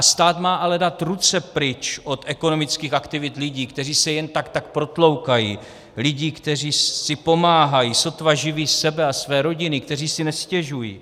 Stát má ale dát ruce pryč od ekonomických aktivit lidí, kteří se jen tak tak protloukají, lidí, kteří si pomáhají, sotva živí sebe a své rodiny, kteří si nestěžují.